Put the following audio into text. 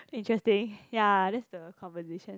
interesting ya that's the conversation